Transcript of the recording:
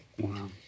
Wow